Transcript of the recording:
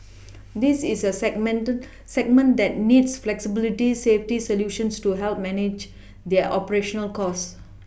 this is a segment that needs flexibility safety solutions to help manage their operational costs